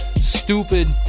stupid